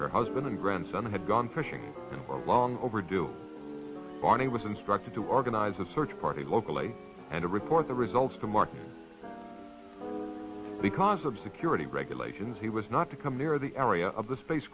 her husband and grandson had gone fishing long overdue barney was instructed to organize a search party locally and to report the results to mark because of security regulations he was not to come near the area of the space